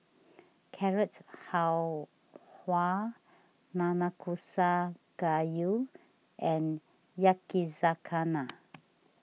Carrot Halwa Nanakusa Gayu and Yakizakana